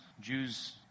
Jews